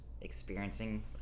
Experiencing